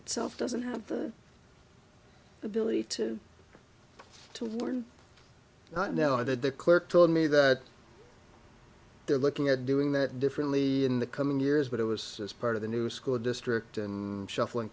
itself doesn't have the ability to to learn not know i did the clerk told me that they're looking at doing that differently in the coming years but it was as part of the new school district shuffling